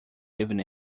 leaving